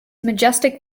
majestic